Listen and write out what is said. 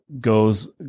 goes